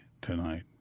tonight